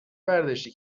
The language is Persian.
برداشتی